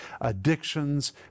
addictions